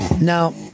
Now